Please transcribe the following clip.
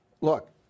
Look